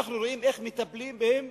אנחנו רואים איך מטפלים בהם